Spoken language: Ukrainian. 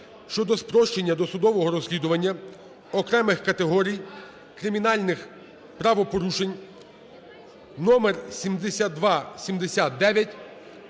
щодо спрощення досудового розслідування окремих категорій кримінальних правопорушень (№ 7279)